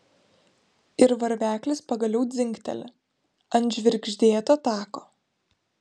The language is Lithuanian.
ir varveklis pagaliau dzingteli ant žvirgždėto tako